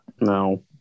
No